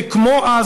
וכמו אז,